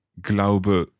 glaube